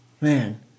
Man